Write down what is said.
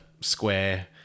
Square